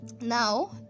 Now